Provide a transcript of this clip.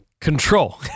control